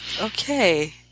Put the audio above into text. Okay